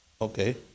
Okay